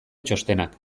txostenak